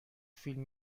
فیلم